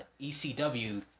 ECW